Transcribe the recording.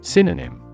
Synonym